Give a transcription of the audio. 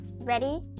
ready